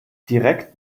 direkt